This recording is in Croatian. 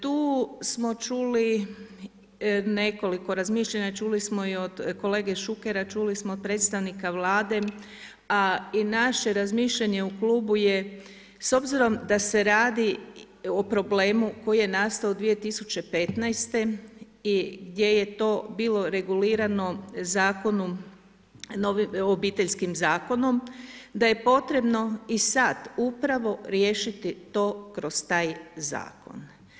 Tu smo čuli nekoliko razmišljanja, čuli smo i od kolege Šukera, čuli smo od predstavnika Vlade, a i naše razmišljanje u klubu je, s obzirom da se radi o problemu koji je nastao 2015. i gdje je to bilo regulirano Obiteljskim zakonom, da je potrebno i sad upravo riješiti to kroz taj zakon.